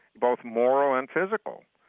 both moral and physical,